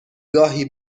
گاهی